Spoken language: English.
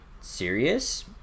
serious